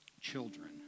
children